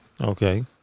Okay